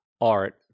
art